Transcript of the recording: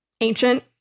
ancient